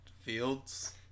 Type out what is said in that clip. Fields